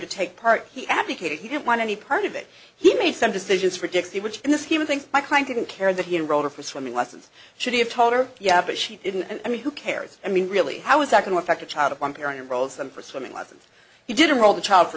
to take part he advocated he didn't want any part of it he made some decisions for dixie which in the scheme of things my client didn't care that he enrolled her for swimming lessons should have told her yeah but she didn't and i mean who cares i mean really how is that in effect a child if one parent rolls them for swimming lessons he didn't roll the child for